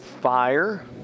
fire